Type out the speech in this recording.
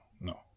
no